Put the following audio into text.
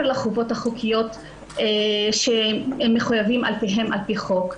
לחובות החוקיות שהם מחויבים להן על פי חוק.